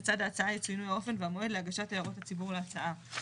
לצד ההצעה יצוינו אופן ומועד להגשת הערות הציבור להצעה.